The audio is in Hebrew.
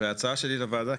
ההצעה שלי לוועדה היא,